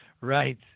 Right